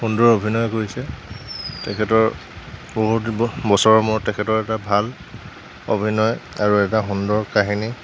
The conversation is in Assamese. সুন্দৰ অভিনয় কৰিছে তেখেতৰ বহুত দিব্য় বছৰৰ মূৰত তেখেতৰ এটা ভাল অভিনয় আৰু এটা সুন্দৰ কাহিনী